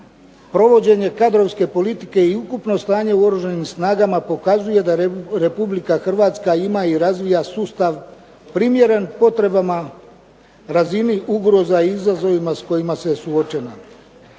provođenje kadrovske politike i ukupno stanje u Oružanim snagama pokazuje da Republika Hrvatska ima i razvija sustav primjeren potrebama, razini ugroza i izazovima sa kojima se suočava.